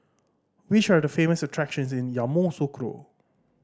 which are the famous attractions in Yamoussoukro